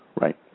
Right